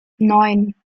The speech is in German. neun